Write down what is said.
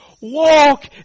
Walk